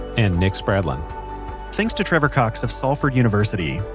and nick spradlin thanks to trevor cox of salford university.